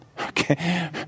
Okay